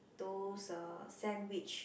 those uh sandwich